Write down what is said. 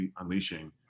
unleashing